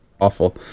awful